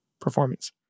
performance